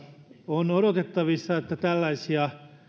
on odotettavissa että tällaisia